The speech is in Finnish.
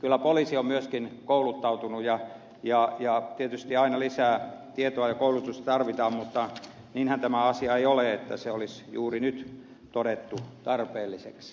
kyllä poliisi on myöskin kouluttautunut ja tietysti aina lisää tietoa ja koulutusta tarvitaan mutta niinhän tämä asia ei ole että se olisi juuri nyt todettu tarpeelliseksi